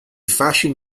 fashion